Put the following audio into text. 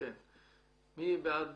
מי בעד